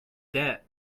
debt